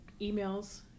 emails